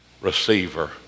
receiver